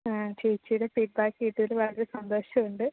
ആ ചേച്ചിയുടെ ഫീഡ്ബാക്ക് കിട്ടിയതിൽ വളരെ സന്തോഷമുണ്ട്